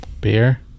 Beer